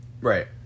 Right